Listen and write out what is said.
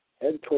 head